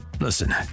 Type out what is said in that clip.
Listen